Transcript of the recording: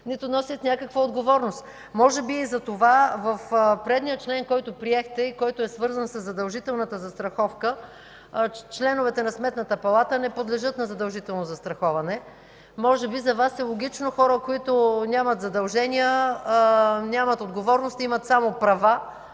нито носят някаква отговорност. Може би и затова в предишния член, който приехте, и който е свързан със задължителната застраховка, членовете на Сметната палата не подлежат на задължително застраховане. Може би за Вас е логично хора, които нямат задължения, нямат отговорности, а имат само права,